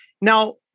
now